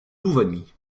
louvagny